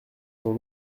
son